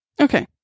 Okay